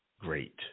great